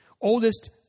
Oldest